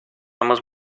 amos